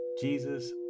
Jesus